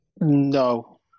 no